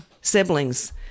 siblings